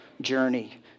journey